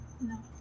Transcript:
No